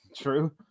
True